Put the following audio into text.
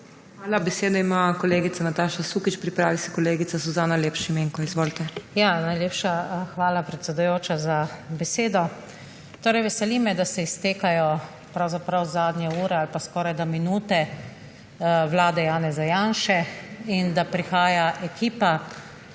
Hvala. Besedo ima kolegica Nataša Sukič, pripravi se kolegica Suzana Lep Šimenko. Izvolite. NATAŠA SUKIČ (PS Levica): Najlepša hvala, predsedujoča, za besedo. Veseli me, da se iztekajo pravzaprav zadnje ure ali skorajda minute vlade Janeza Janše in da prihaja ekipa,